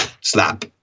slap